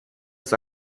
ist